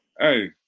Hey